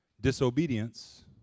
Disobedience